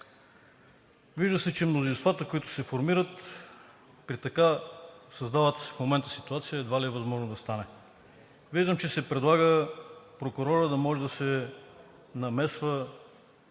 Вижда се, че с мнозинствата, които се формират, при така създалата се в момента ситуация едва ли е възможно да стане. Виждам, че се предлага прокурорът да може да се намесва